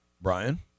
Brian